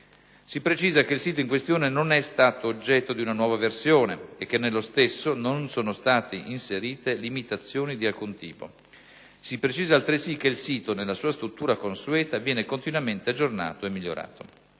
si precisa che il sito in questione non è stato oggetto di una nuova versione e che nello stesso non sono state inserite limitazioni di alcun tipo. Si precisa altresì che il sito, nella sua struttura consueta, viene continuamente aggiornato e migliorato.